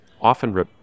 often